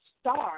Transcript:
start